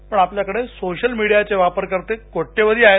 पण आपल्याकडे सोशल मीडियाचे वापरकर्ते कोट्यवधी आहेत